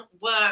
work